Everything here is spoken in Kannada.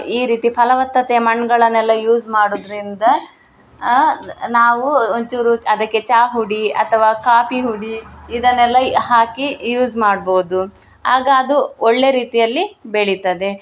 ಈ ರೀತಿ ಫಲವತ್ತತೆ ಮಣ್ಣುಗಳನ್ನೆಲ್ಲ ಯೂಸ್ ಮಾಡುದರಿಂದ ನಾವು ಒಂಚೂರು ಅದಕ್ಕೆ ಚಾ ಹುಡಿ ಅಥವಾ ಕಾಪಿ ಹುಡಿ ಇದನ್ನೆಲ್ಲ ಹಾಕಿ ಯೂಸ್ ಮಾಡ್ಬೋದು ಆಗ ಅದು ಒಳ್ಳೆಯ ರೀತಿಯಲ್ಲಿ ಬೆಳಿತದೆ